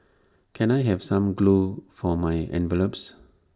can I have some glue for my envelopes